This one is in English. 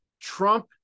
Trump